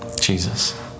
Jesus